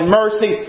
mercy